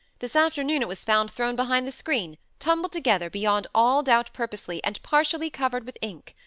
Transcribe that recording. this afternoon it was found thrown behind the screen, tumbled together, beyond all doubt purposely, and partially covered with ink.